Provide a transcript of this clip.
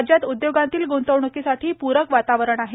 राज्यात उद्योगांतील ग्रंतवण्कीसाठी प्रक वातावरण आहे